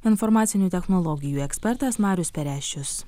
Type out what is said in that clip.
informacinių technologijų ekspertas marius pereščius